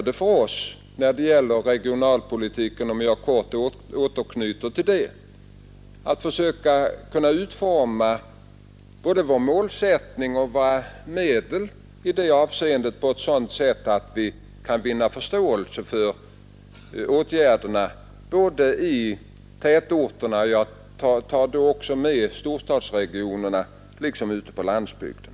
Beträffande regionalpolitiken — om jag helt kort får återknyta till den — gäller det att försöka utforma både målsättning och medel på sådant sätt att vi vinner förståelse för våra åtgärder såväl i tätorterna, inklusive storstadsregionerna, som ute på landsbygden.